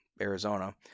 Arizona